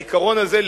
העיקרון הזה,